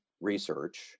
research